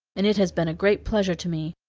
and it has been a great pleasure to me.